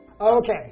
Okay